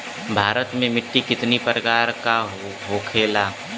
भारत में मिट्टी कितने प्रकार का होखे ला?